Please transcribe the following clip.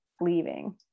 leaving